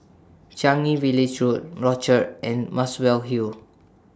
Changi Village Road Rochor and Muswell Hill